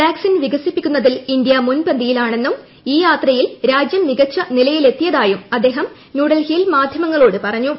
വാസ്കിൻ വികസിപ്പിക്കുന്നതിൽ ഇന്ത്യ മുൻപന്തിയിലാണെന്നും ഈ യാത്രയിൽ രാജ്യം മികച്ച നിലയിലെത്തിയതായും അദ്ദേഹം ന്യൂഡൽഹിയിൽ മാധൃമങ്ങളോട് പറഞ്ഞു